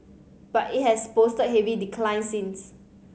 but it has posted heavy declines since